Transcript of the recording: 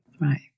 Right